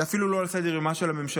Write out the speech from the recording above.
זה אפילו לא על סדר-יומה של הממשלה,